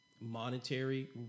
monetary